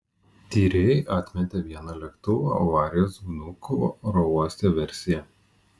tyrėjai atmetė vieną lėktuvo avarijos vnukovo oro uoste versiją